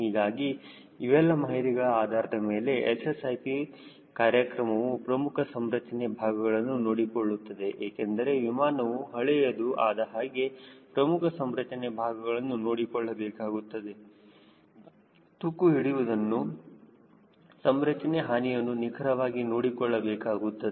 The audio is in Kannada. ಹೀಗಾಗಿ ಇವೆಲ್ಲ ಮಾಹಿತಿಗಳ ಆಧಾರದ ಮೇಲೆ SSIP ಕಾರ್ಯಕ್ರಮವು ಪ್ರಮುಖ ಸಂರಚನೆ ಭಾಗಗಳನ್ನು ನೋಡಿಕೊಳ್ಳುತ್ತದೆ ಏಕೆಂದರೆ ವಿಮಾನವು ಹಳೆಯದು ಆದಹಾಗೆ ಪ್ರಮುಖ ಸಂರಚನೆ ಭಾಗಗಳನ್ನು ನೋಡಿಕೊಳ್ಳಬೇಕಾಗುತ್ತದೆ ತುಕ್ಕು ಹಿಡಿಯುವುದನ್ನು ಸಂರಚನೆ ಹಾನಿಯನ್ನು ನಿಖರವಾಗಿ ನೋಡಬೇಕಾಗುತ್ತದೆ